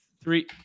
Three